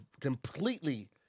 completely